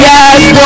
Yes